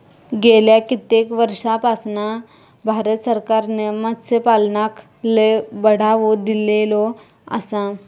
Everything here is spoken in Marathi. गेल्या कित्येक वर्षापासना भारत सरकारने मत्स्यपालनाक लय बढावो दिलेलो आसा